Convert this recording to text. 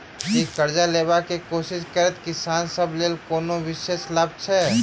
की करजा लेबाक कोशिश करैत किसान सब लेल कोनो विशेष लाभ छै?